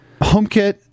HomeKit